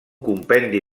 compendi